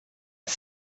his